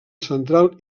central